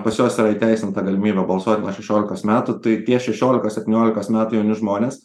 pas juos yra įteisinta galimybė balsuot nuo šešiolikos metų tai tie šešiolikos setyniolikos metų jauni žmonės